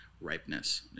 ripeness